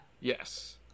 Yes